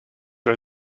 are